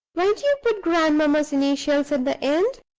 why do you put grandmamma's initials at the end?